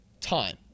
Time